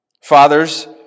Fathers